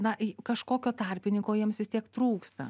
na kažkokio tarpininko jiems vis tiek trūksta